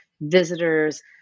visitors